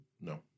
No